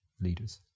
leaders